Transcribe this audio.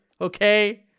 Okay